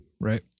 right